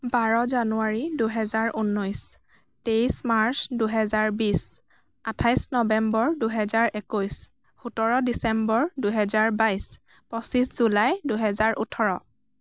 বাৰ জানুৱাৰী দুহেজাৰ ঊনৈছ তেইছ মাৰ্চ দুহেজাৰ বিছ আঠাইছ নৱেম্বৰ দুহেজাৰ একৈছ সোতৰ ডিচেম্বৰ দুহেজাৰ বাইছ পঁচিছ জুলাই দুহেজাৰ ওঠৰ